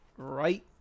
Right